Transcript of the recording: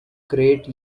great